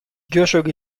josuk